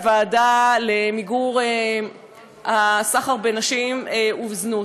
הוועדה למיגור הסחר בנשים וזנות.